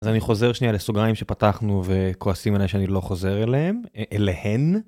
אני חוזר שנייה לסוגריים שפתחנו וכועסים אלי שאני לא חוזר אליהם אליהן.